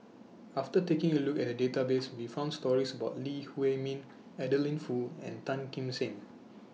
after taking A Look At The Database We found stories about Lee Huei Min Adeline Foo and Tan Kim Seng